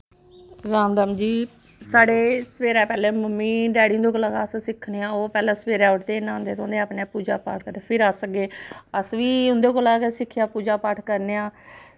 राम राम जी साढ़े सवेरै पैह्लै मम्मी डैड़ी हुंदै कोला अस सिक्खने आं ओह् पैह्लै सवेरै उठदे न्हांदे धोंदे अपने पूजा पाठ करदे फिर अस अग्गे अस बी उंदे कोला गै सिक्खियै पूजा पाठ करने आं